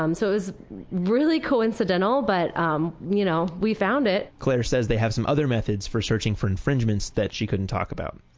um so, it was really coincidental but um you know we found it clare says they have some other methods for searching for infringements that she couldn't talk about.